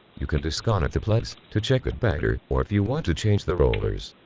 you can disconnect the plugs to check it better or if you want to change the rollers